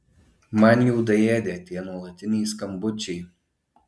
man jau daėdė tie nuolatiniai skambučiai